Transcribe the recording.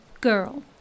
girl